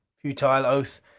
futile oath!